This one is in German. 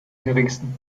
geringsten